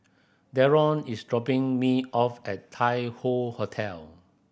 Darron is dropping me off at Tai Hoe Hotel